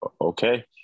okay